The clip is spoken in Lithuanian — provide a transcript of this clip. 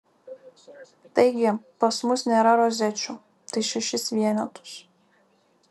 taigi pas mus nėra rozečių tai šešis vienetus